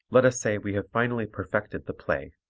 let us say we have finally perfected the play.